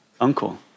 uncle